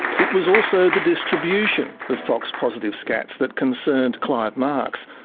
it was also the distribution of fox-positive scats that concerned clive marks.